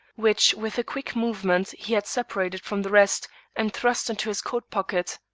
which with a quick movement he had separated from the rest and thrust into his coat-pocket.